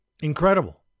Incredible